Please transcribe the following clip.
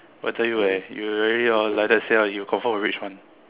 !wah! I tell you leh you really orh like that say ah he will confirm will rage [one]